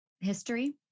history